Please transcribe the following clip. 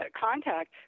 contact